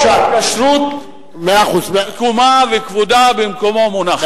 לא, הכשרות קוימה וכבודה במקומה מונח.